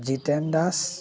Jiten Das